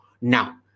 now